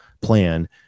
plan